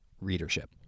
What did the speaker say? readership